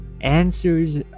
answers